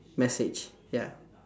message ya